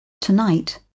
tonight